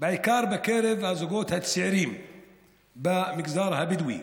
בעיקר בקרב הזוגות הצעירים במגזר הבדואי.